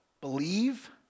Believe